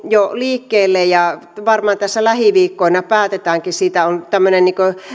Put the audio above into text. jo liikkeelle tämän ja varmaan tässä lähiviikkoina päätetäänkin on tämmöinen